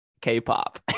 K-pop